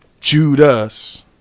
Judas